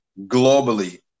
globally